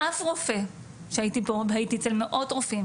אף רופא שהייתי בו - והייתי אצל מאות רופאים